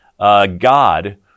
God